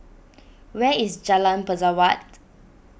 where is Jalan Pesawat